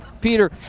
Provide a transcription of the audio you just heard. peter,